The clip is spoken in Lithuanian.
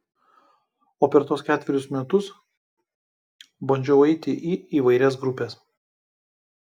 o per tuos ketverius metus bandžiau eiti į įvairias grupes